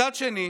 מצד שני,